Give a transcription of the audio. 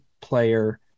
player